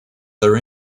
their